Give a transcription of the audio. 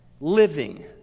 living